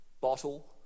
bottle